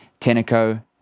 Teneco